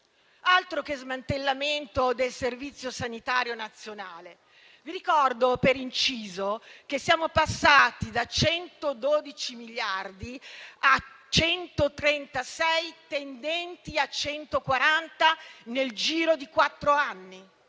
Altro che smantellamento del Servizio sanitario nazionale! Vi ricordo, per inciso, che siamo passati da 112 miliardi a 136 tendenti a 140 nel giro di quattro anni.